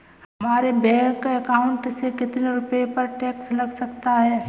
हमारे bank account में कितने रुपये पर टैक्स लग सकता है?